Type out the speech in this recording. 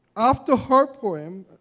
after her poem,